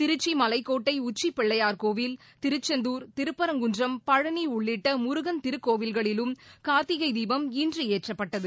திருச்சி மலைக்கோட்டை உச்சி பிள்ளையார்கோவில் திருச்செந்துா் திருப்பரங்குன்றம் பழனி உள்ளிட்ட முருகன் திருக்கோவில்களிலும் கார்த்திகை தீபம் இன்று ஏற்றப்பட்டது